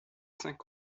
cinq